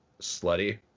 slutty